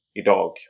idag